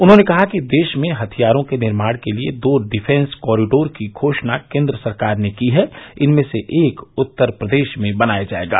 उन्होंने कहा कि देश में हथियारों के निर्माण के लिये दो डिफेंस कॉरिडोर की घोषणा केन्द्र सरकार ने की है इनमें से एक उत्तर प्रदेश में बनाया जायेगा